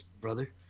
brother